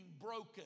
broken